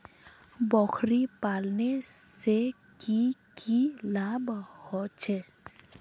बकरी पालने से की की लाभ होचे?